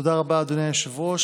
תודה רבה, אדוני היושב-ראש.